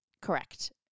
Correct